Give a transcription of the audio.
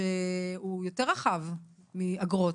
שהוא יותר רחב מאגרות,